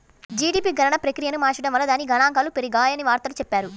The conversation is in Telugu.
జీడీపీ గణన ప్రక్రియను మార్చడం వల్ల దాని గణాంకాలు పెరిగాయని వార్తల్లో చెప్పారు